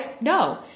No